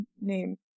name